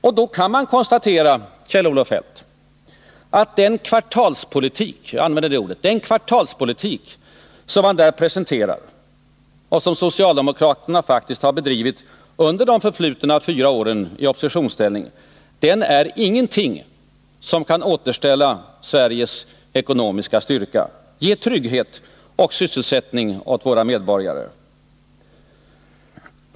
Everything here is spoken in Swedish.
Och man kan då konstatera, Kjell-Olof Feldt, att den kvartalspolitik — jag använder det ordet — som där presenteras och som socialdemokraterna faktiskt har bedrivit under de förflutna fyra åren i oppositionsställning, den är ingenting som kan återställa Sveriges ekonomiska styrka, ge trygghet och sysselsättning åt våra medborgare.